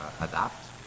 adapt